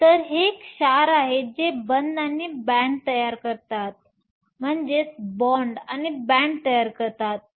तर हे क्षार आहेत जे बंध आणि बॅण्ड तयार करतात